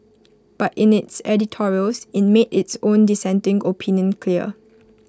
but in its editorials IT made its own dissenting opinion clear